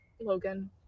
Logan